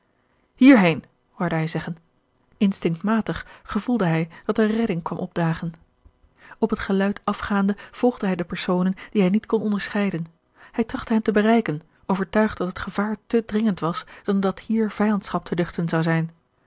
hierheen hoorde hij zeggen instinctmatig gevoelde hij dat er redding kwam opdagen op het geluid afgaande volgde hij de personen die hij niet kon onderscheiden hij trachtte hen te bereiken overtuigd dat het gevaar te dringend was dan dat hier vijandschap te duchten zou zijn